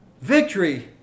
Victory